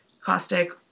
caustic